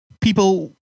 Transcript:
people